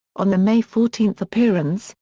on the may fourteen appearance,